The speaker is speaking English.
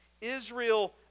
Israel